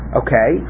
okay